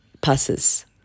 passes